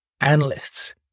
analysts